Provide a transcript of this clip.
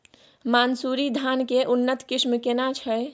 मानसुरी धान के उन्नत किस्म केना छै?